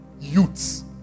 youths